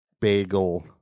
bagel